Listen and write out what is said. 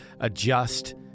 adjust